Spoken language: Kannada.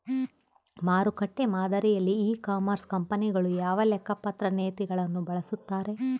ಮಾರುಕಟ್ಟೆ ಮಾದರಿಯಲ್ಲಿ ಇ ಕಾಮರ್ಸ್ ಕಂಪನಿಗಳು ಯಾವ ಲೆಕ್ಕಪತ್ರ ನೇತಿಗಳನ್ನು ಬಳಸುತ್ತಾರೆ?